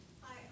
Hi